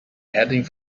heading